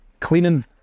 Cleaning